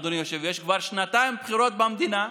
אדוני יושב-ראש,